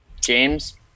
James